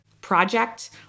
project